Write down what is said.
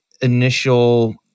initial